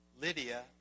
Lydia